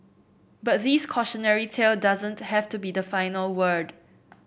but this cautionary tale doesn't have to be the final word